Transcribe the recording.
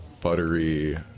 buttery